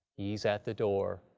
he's at the door,